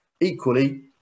equally